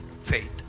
faith